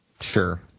Sure